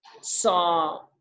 saw